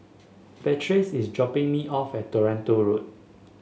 Patrice is dropping me off at Toronto Road